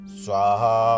swaha